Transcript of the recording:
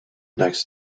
next